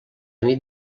nit